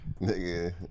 Nigga